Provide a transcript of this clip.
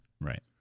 right